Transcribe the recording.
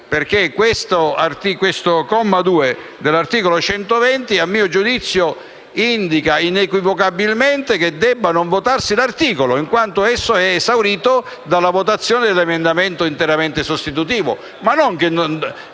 perché il comma 2 dell'articolo 120, a mio giudizio, indica inequivocabilmente che debba non votarsi l'articolo, in quanto esso è esaurito dalla votazione dell'emendamento interamente sostitutivo;